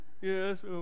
Yes